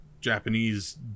Japanese